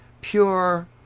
pure